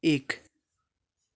एक